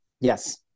Yes